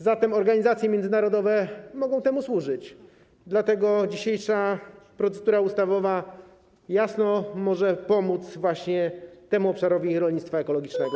Zatem organizacje międzynarodowe mogą temu służyć, dlatego dzisiejsza procedura ustawowa jasno może pomóc właśnie temu obszarowi rolnictwa ekologicznego.